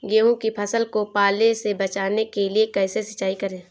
गेहूँ की फसल को पाले से बचाने के लिए कैसे सिंचाई करें?